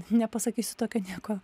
nepasakysiu tokio nieko